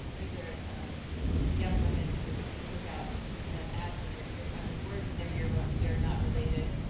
these are young women who took out ads in their yearbook, words in their yearbook, we are not related.